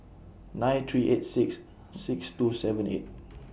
nine three eight six six two seven eight